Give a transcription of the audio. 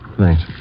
Thanks